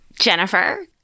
Jennifer